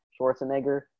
Schwarzenegger